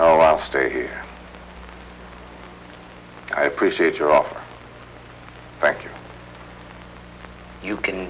oh i'll stay here i appreciate your offer record you can